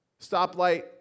Stoplight